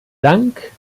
dank